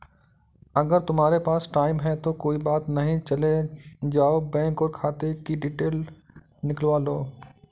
अगर तुम्हारे पास टाइम है तो कोई बात नहीं चले जाओ बैंक और खाते कि डिटेल निकलवा लो